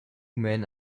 men